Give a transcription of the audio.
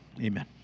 Amen